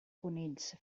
conills